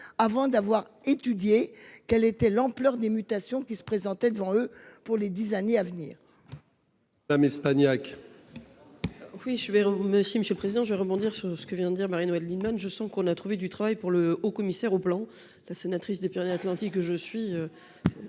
avant d'avoir étudié quelle était l'ampleur des mutations qui se présenter devant eux pour les 10 années à venir. L'âme Espagnac. Oui je vais me si Monsieur le Président, je vais rebondir sur ce que vient de dire Marie-Noëlle Lienemann je sens qu'on a trouvé du travail pour le haut commissaire au Plan, la sénatrice des Pyrénées-Atlantiques je suis.